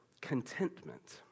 contentment